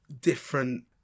different